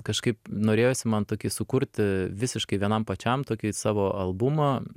kažkaip norėjosi man tokį sukurti visiškai vienam pačiam tokį savo albumą